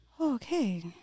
Okay